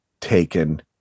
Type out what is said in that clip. taken